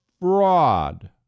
fraud